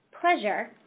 pleasure